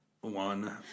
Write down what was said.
one